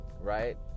Right